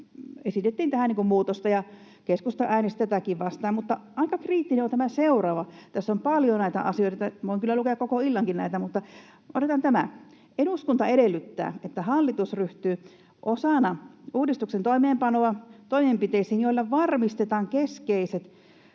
esitettiin tähän muutosta, ja keskusta äänesti tätäkin vastaan. Mutta aika kriittinen on tämä seuraava — tässä on paljon näitä asioita, voin kyllä lukea koko illankin näitä, mutta otetaan tämä: ”Eduskunta edellyttää, että hallitus ryhtyy osana uudistuksen toimeenpanoa toimenpiteisiin, joilla varmistetaan keskeisten